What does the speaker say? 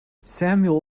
samuel